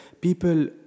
people